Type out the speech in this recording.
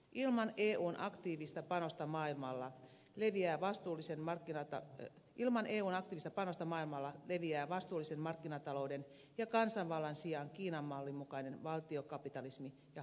ilman eun aktiivista panosta maailmalla leviää vastuullisenmarkkinoita ja ilman euran lisäpanosta maailmalla leviää vastuullisen markkinatalouden ja kansanvallan sijaan kiinan mallin mukainen valtiokapitalismi ja harvainvalta